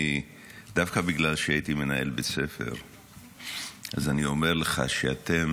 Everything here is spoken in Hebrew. דווקא בגלל שהייתי מנהל בית ספר אני אומר לך שאתם